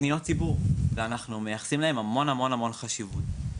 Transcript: כפניות ציבור, ואנחנו מייחסים להם חשיבות רבה.